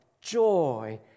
joy